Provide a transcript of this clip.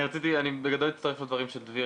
אני בגדול מצטרף לדברים של דביר,